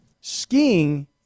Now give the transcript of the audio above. Skiing